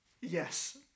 Yes